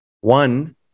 One